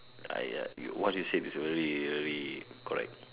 !aiya! what you said is really really correct